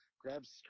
grabs